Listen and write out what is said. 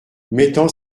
mettant